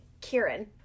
Kieran